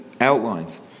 outlines